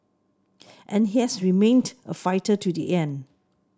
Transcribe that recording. and he has remained a fighter to the end